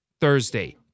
Thursday